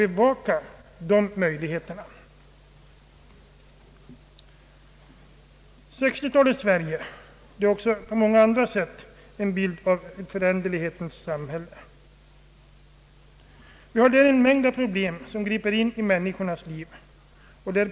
1960-talets Sverige är också på många andra sätt en bild av föränderlighetens samhälle med en mängd problem som griper in i människornas liv.